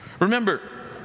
Remember